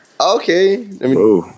Okay